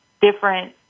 different